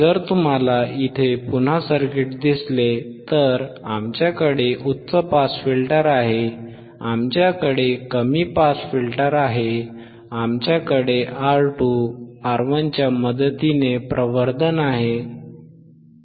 जर तुम्हाला इथे पुन्हा सर्किट दिसले तर आमच्याकडे उच्च पास फिल्टर आहे आमच्याकडे कमी पास फिल्टर आहे आमच्याकडे R2R1 च्या मदतीने प्रवर्धन आहे बरोबर